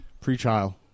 Pre-trial